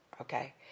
Okay